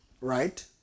Right